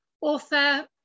author